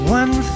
one